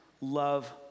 love